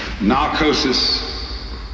Narcosis